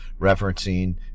referencing